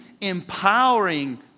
empowering